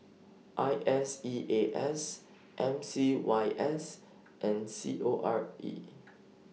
I S E A S M C Y S and C O R E